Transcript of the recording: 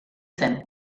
zen